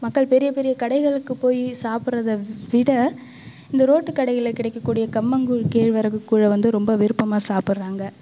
மக்கள் பெரிய பெரிய கடைகளுக்கு போய் சாப்பிட்றத விட இந்த ரோட்டுக் கடைகளில் கிடைக்கக்கூடிய கம்மங்கூழ் கேழ்வரகு கூழை வந்து ரொம்ப விருப்பமாக சாப்பிட்றாங்க